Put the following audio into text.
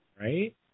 Right